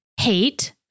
hate